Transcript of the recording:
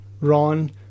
Ron